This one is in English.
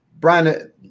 Brian